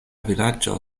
vilaĝo